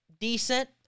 Decent